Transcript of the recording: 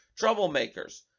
troublemakers